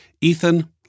Ethan